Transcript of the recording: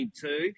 two